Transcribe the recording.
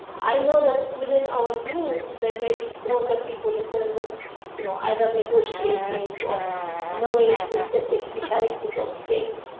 i know that within our group there may be stronger people in terms of you know either negotiating or knowing the the technicalities of things.